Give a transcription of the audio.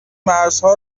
مرزها